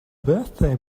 birthday